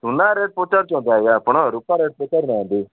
ସୁନା ରେଟ୍ ପଚାରୁଛନ୍ତି ଆଜ୍ଞା ଆପଣ ରୂପା ରେଟ୍ ପଚାରୁ ନାହାନ୍ତି